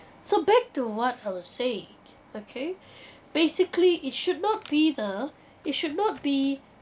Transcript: so back to what I would say okay basically it should not be the it should not be